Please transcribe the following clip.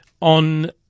on